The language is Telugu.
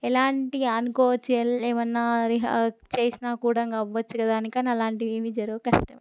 ఎలాంటివి అనుకోవచ్చు ఏమన్నా రిహా చేసినా కూడంగా అవ్వచ్చు కదా అని అలాంటివేమీ జరగవు కష్టమే